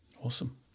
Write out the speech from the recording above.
Awesome